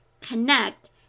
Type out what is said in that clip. connect